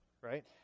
right